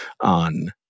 on